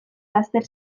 laster